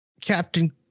Captain